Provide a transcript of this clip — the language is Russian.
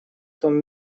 том